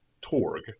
Torg